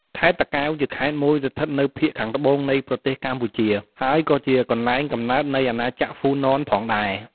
ខេត្តតាកែវជាខេត្តមួយស្ថិតនៅភាគខាងត្បូងនៃប្រទេសកម្ពុជា ហើយក៏ជាកន្លែងកំណើតនៃអាណាចក្រហ្វូណនផងដែរ។